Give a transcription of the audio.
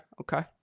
Okay